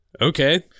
okay